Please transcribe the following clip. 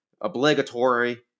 Obligatory